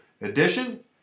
edition